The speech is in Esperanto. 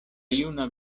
juna